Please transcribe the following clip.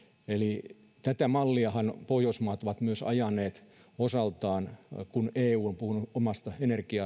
eli tätä malliahan pohjoismaat ovat myös ajaneet osaltaan kun eu on puhunut omasta